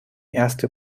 erste